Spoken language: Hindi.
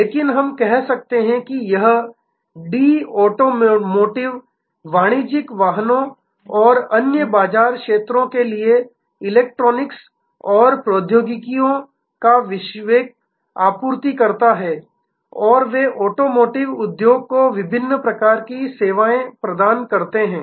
लेकिन हम कहते हैं कि यह कंपनी डी ऑटोमोटिव वाणिज्यिक वाहनों और अन्य बाजार क्षेत्रों के लिए इलेक्ट्रॉनिक्स और प्रौद्योगिकियों का वैश्विक आपूर्तिकर्ता है और वे ऑटोमोटिव उद्योग को विभिन्न प्रकार की सेवाएं प्रदान करते हैं